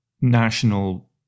national